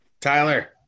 Tyler